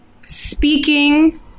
speaking